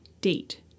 date